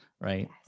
Right